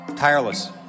Tireless